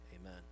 amen